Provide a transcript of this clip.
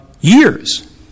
years